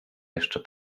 jeszcze